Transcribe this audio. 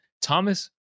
Thomas